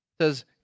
says